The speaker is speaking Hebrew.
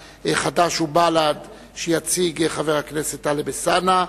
משום שהיא באותו נושא שדנה בו הצעת האי-אמון של קדימה.